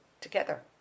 together